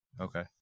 Okay